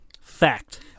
fact